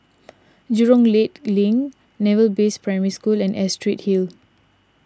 Jurong Lake Link Naval Base Primary School and Astrid Hill